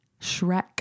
shrek